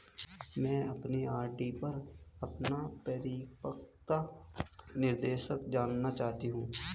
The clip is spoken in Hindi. मैं अपनी आर.डी पर अपना परिपक्वता निर्देश जानना चाहती हूँ